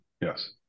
Yes